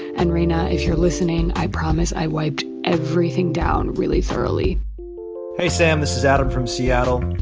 and, rena, if you're listening, i promise i wiped everything down really thoroughly hey, sam. this is adam from seattle.